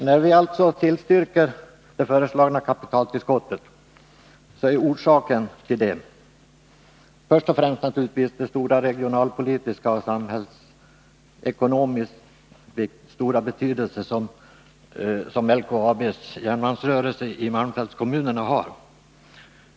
När vi alltså tillstyrker det föreslagna kapitaltillskottet är orsaken naturligtvis först och främst den stora regionalpolitiska och samhällsekonomiska betydelse som LKAB:s järnmalmsrörelse har i malmfältskommunerna.